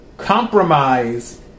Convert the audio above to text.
Compromise